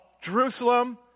Jerusalem